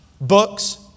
books